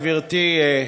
גברתי.